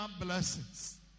blessings